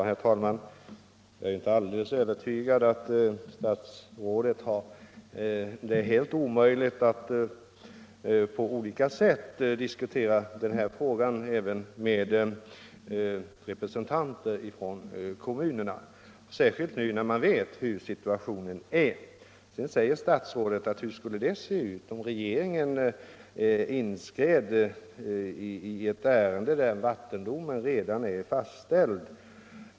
Herr talman! Jag är inte alldeles övertygad om att det är helt omöjligt för statsrådet att på olika sätt diskutera Bolmenprojektet även med representanter för de berörda kommunerna, särskilt nu när man känner till situationen. Statsrådet frågade hur det skulle se ut om regeringen inskred i ett ärende där vattendomen redan är fastställd.